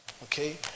Okay